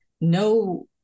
no